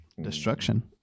Destruction